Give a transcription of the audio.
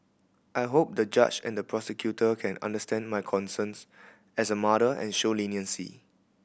I hope the judge and the prosecutor can understand my concerns as a mother and show leniency